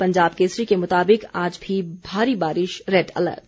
पंजाब केसरी के मुताबिक आज भी भारी बारिश रेड अलर्ट